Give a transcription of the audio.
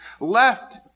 left